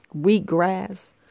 wheatgrass